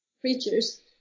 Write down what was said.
creatures